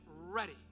ready